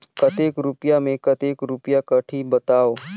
कतेक रुपिया मे कतेक रुपिया कटही बताव?